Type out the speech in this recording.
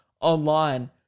online